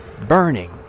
burning